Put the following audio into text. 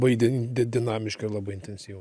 vaidinti dinamiška labai intensyvi